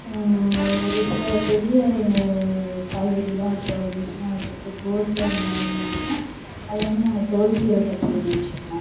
ஒரு சில பெரிய காய்கறியெல்லாம் இப்போ வந்துருச்சுன்னா இப்போ இது கோஸு அந்த மாதிரி எதுவும் இருந்துச்சுன்னா அது வந்து நாங்க தோல் சீவுற கத்தி ஒன்று வெச்சுருக்கோம்